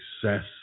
success